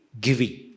Giving